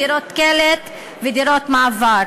דירות קלט ודירות מעבר.